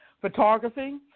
Photography